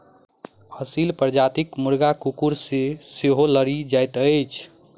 असील प्रजातिक मुर्गा कुकुर सॅ सेहो लड़ि जाइत छै